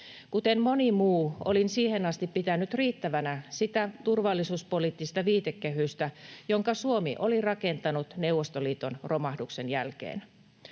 Kuten moni muu, olin siihen asti pitänyt riittävänä sitä turvallisuuspoliittista viitekehystä, jonka Suomi oli rakentanut Neuvostoliiton romahduksen jälkeen.